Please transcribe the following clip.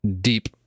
Deep